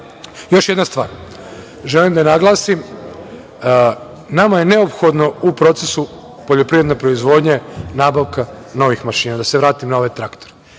jedna stvar, želim da naglasim, nama je neophodno u procesu poljoprivredne proizvodnje nabavka novih mašina i da se vratim na ove traktore.